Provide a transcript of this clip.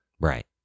right